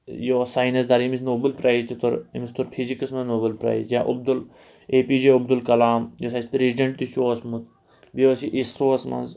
یہِ اوس ساینَس دان ییٚمِس نوبُل پرٛایز تہِ توٚر أمِس توٚر فِزِکس منٛز نوبل پرٛایِز یا Abdul A P J Abdul Kalam یُس اَسہِ پرٛیزِڈٮ۪نٛٹ تہِ چھُ اوسمُت بیٚیہِ اوس یہِ اسرووس منٛز